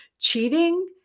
cheating